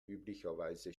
üblicherweise